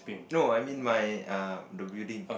no I mean my um the building